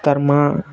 ତା'ର୍ ମାଆ